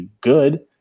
good